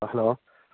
hello